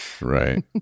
Right